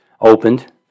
opened